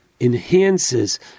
enhances